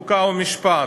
חוק ומשפט.